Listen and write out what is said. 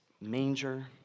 manger